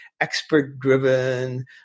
expert-driven